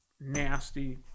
Nasty